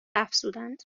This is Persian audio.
افزودند